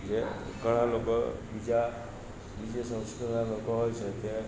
જે ઘણા લોકો બીજા બીજે સંસ્કૃતિના લોકો હોય છે તે